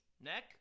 neck